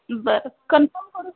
बरं कन्फर्म करून